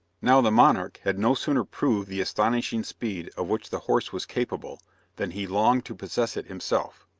now the monarch had no sooner proved the astonishing speed of which the horse was capable than he longed to possess it himself,